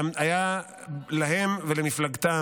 שהיה להם ולמפלגתם,